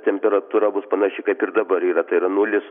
temperatūra bus panaši kaip ir dabar yra tai yra nulis